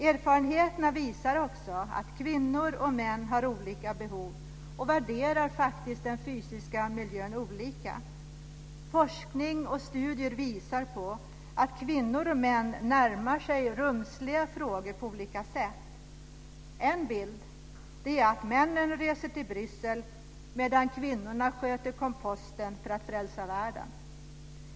Erfarenheterna visar också att kvinnor och män har olika behov och faktiskt värderar den fysiska miljön olika. Forskning och studier visar på att kvinnor och män närmar sig rumsliga frågor på olika sätt. En bild är att männen reser till Bryssel medan kvinnorna sköter komposten för att frälsa världen.